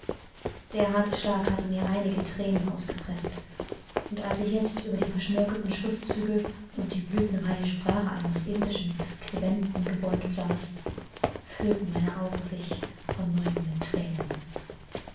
der harte schlag hatte mir einige thränen ausgepreßt und als ich jetzt über die verschnörkelten schriftzüge und die blütenreiche sprache eines indischen scribenten gebeugt saß füllten meine augen sich von neuem mit thränen